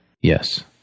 yes